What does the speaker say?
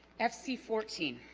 fc fourteen